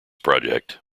project